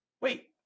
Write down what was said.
wait